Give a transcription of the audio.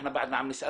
שזה הגוף המוסמך,